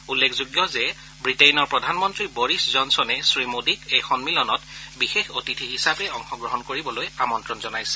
উল্লেখযোগ্য যে ৱিটেইনৰ প্ৰধানমন্ত্ৰী বৰিছ জনচনে শ্ৰীমোদীক এই সম্মিলনত বিশেষ অতিথি হিচাপে অংশগ্ৰহণ কৰিবলৈ আমন্ত্ৰণ জনাইছিল